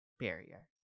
barrier